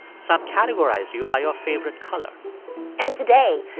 some categorize you by your favorite color and today,